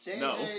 No